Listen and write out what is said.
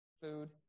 food